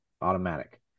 automatic